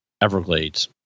Everglades